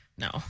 No